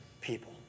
people